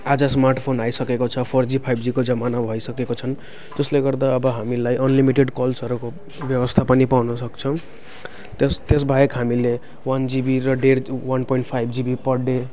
आज स्मार्टफोन आइसकेको छ फोर जी फाइभ जीको जमाना आइसकेको छ त्यसले गर्दा अब हामीलाई अनलिमिटेड कल व्यवस्था पनि पाउन सक्छौँ त्यस त्यसबाहेक हामीले वान जिबी र डेढ GB one point five GB per day